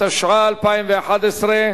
התשע"א 2011,